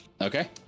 Okay